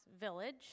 Village